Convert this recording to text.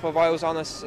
pavojaus zonos